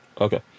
okay